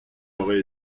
aurait